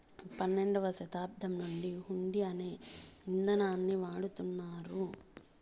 పన్నెండవ శతాబ్దం నుండి హుండీ అనే ఇదానాన్ని వాడుతున్నారు